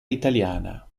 italiana